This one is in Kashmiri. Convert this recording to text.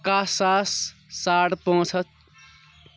کَہہ ساس ساڑٕ پانٛژھ ہَتھ